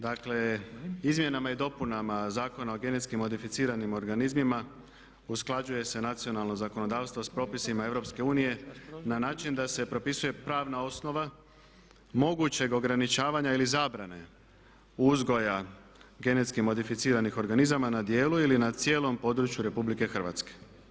Dakle, izmjenama i dopunama Zakona o genetski modificiranim organizmima usklađuje se nacionalno zakonodavstvo s propisima EU na način da se propisuje pravna osnova mogućeg ograničavanja ili zabrana uzgoja genetski modificiranih organizama na djelu ili na cijelom području RH.